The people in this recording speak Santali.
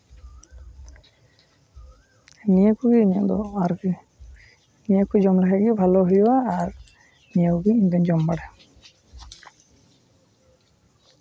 ᱱᱤᱭᱟᱹ ᱠᱚᱜᱮ ᱤᱧᱟᱹᱜ ᱫᱚ ᱟᱨᱠᱤ ᱱᱤᱭᱟᱹ ᱠᱚ ᱡᱚᱢ ᱞᱮᱠᱷᱟᱱ ᱜᱮ ᱵᱷᱟᱞᱚ ᱦᱩᱭᱩᱜᱼᱟ ᱟᱨ ᱱᱤᱭᱟᱹ ᱠᱚᱜᱮ ᱤᱧ ᱫᱩᱧ ᱡᱚᱢ ᱵᱟᱲᱟᱭᱟ